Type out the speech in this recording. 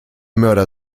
mörder